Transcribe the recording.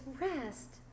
rest